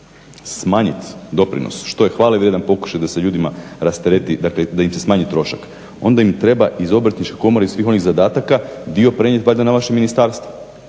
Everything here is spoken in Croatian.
smanjiti doprinos što je hvalevrijedan pokušaj da se ljudima rastereti, dakle da im se smanji trošak onda im treba iz Obrtničke komore i svih onih zadataka dio prenijeti valjda na vaše ministarstvo.